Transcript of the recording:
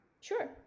Sure